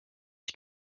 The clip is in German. ich